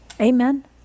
Amen